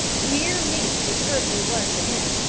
dear meat it certainly was to him,